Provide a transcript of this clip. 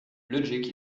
logic